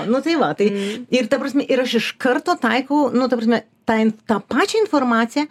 nu tai va tai ir ta prasme ir aš iš karto taikau nu ta prasme ten tą pačią informaciją